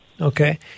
Okay